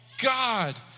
God